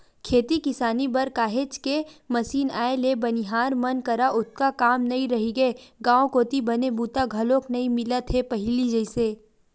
खेती किसानी बर काहेच के मसीन आए ले बनिहार मन करा ओतका काम नइ रहिगे गांव कोती बने बूता घलोक नइ मिलत हे पहिली जइसे